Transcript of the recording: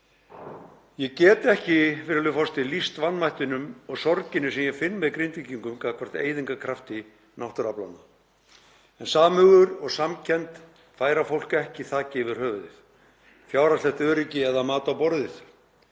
virðulegi forseti, lýst vanmættinum og sorginni sem ég finn með Grindvíkingum gagnvart eyðingarkrafti náttúruaflanna. En samhugur og samkennd færa fólki ekki þak yfir höfuðið, fjárhagslegt öryggi eða mat á borðið.